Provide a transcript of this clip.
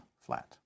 flat